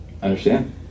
understand